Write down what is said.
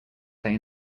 play